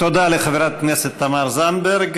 תודה לחברת הכנסת תמר זנדברג.